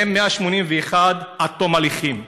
מהם 181 עם תום ההליכים,